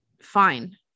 fine